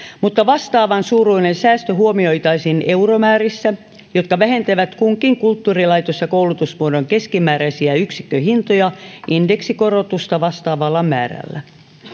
mutta vastaavansuuruinen säästö huomioitaisiin euromäärissä jotka vähentävät kunkin kulttuurilaitoksen ja koulutusmuodon keskimääräisiä yksikköhintoja indeksikorotusta vastaavalla määrällä